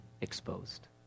exposed